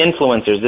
influencers